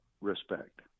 respect